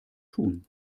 tun